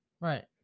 Right